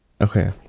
okay